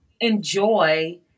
enjoy